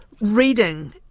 Reading